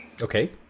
Okay